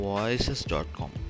Voices.com